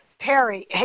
Perry